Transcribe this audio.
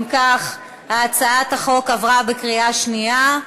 אם כך, הצעת החוק עברה בקריאה שנייה.